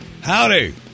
Howdy